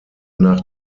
nach